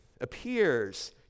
appears